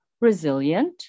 resilient